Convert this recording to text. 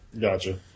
gotcha